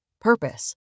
Purpose